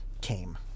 came